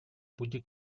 пути